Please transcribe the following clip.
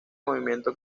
movimiento